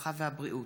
הרווחה והבריאות.